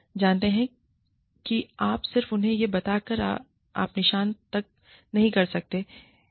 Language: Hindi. जानते हैं किआप सिर्फ उन्हें यह बताकर आप निशान तक नहीं कर रहे हैं